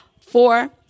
Four